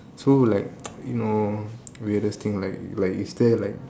so like you know weirdest thing like is there like